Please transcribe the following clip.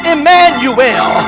Emmanuel